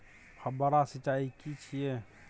फव्वारा सिंचाई की छिये?